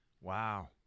Wow